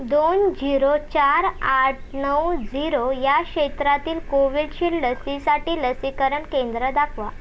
दोन झिरो चार आठ नऊ झीरो या क्षेत्रातील कोविशिल्ड लसीसाठी लसीकरण केंद्र दाखवा